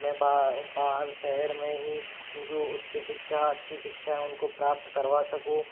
मैं बाहर शहर में ही उनको उच्च शिक्षा अच्छी शिक्षा उनको प्राप्त करवा सकूँ